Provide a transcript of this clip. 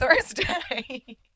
Thursday